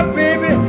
baby